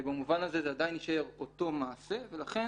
במובן הזה, זה עדין יישאר אותו מעשה ולכן,